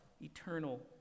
eternal